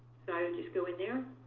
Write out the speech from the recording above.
so i would just go in there.